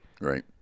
Right